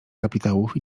kapitałów